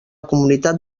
comunitat